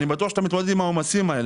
אני בטוח שאתה מתמודד עם העומסים אלה.